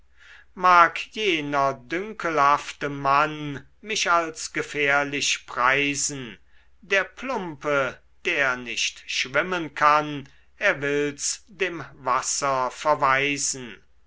mag jener dünkelhafte mann mich als gefährlich preisen der plumpe der nicht schwimmen kann er will's dem wasser verweisen